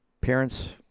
Parents